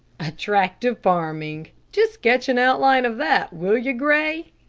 attractive farming. just sketch an outline of that, will you, gray?